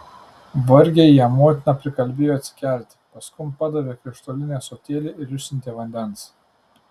vargiai ją motina prikalbėjo atsikelti paskum padavė krištolinį ąsotėlį ir išsiuntė vandens